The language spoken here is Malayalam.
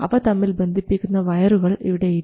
അവ തമ്മിൽ ബന്ധിപ്പിക്കുന്ന വയറുകൾ ഇവിടെയില്ല